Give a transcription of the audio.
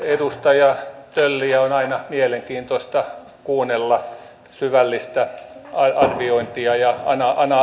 edustaja tölliä on aina mielenkiintoista kuunnella syvällistä arviointia ja analyysia